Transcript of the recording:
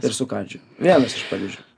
ir sukandžiojo vienas iš pavyzdžių